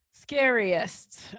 scariest